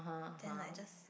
then like just